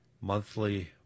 monthly